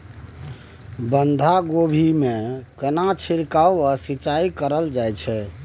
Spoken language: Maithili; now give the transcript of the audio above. बंधागोभी कोबी मे केना छिरकाव व सिंचाई कैल जाय छै?